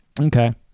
Okay